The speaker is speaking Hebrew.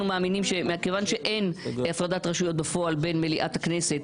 אנחנו מאמינים שמכיוון שאין הפרדת רשויות בפועל בין מליאת הכנסת